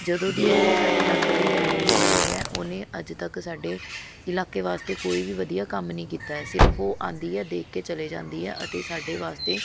ਜਦੋਂ ਦੀ ਉਹ ਸਾਡੇ ਇਲਾਕੇ ਦੀ ਐੱਮ ਐੱਲ ਏ ਬਣੀ ਹੈ ਉਹਨੇ ਅੱਜ ਤੱਕ ਸਾਡੇ ਇਲਾਕੇ ਵਾਸਤੇ ਕੋਈ ਵੀ ਵਧੀਆ ਕੰਮ ਨਹੀਂ ਕੀਤਾ ਸਿਰਫ਼ ਉਹ ਆਉਂਦੀ ਹੈ ਦੇਖ ਕੇ ਚਲੇ ਜਾਂਦੀ ਹੈ ਅਤੇ ਸਾਡੇ ਵਾਸਤੇ